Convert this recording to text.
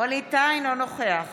אינו נוכח